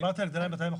דיברתי על ההגדלה ב 200%?